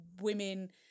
women